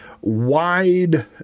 wide